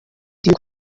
uko